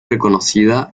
reconocida